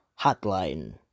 hotline